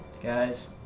Guys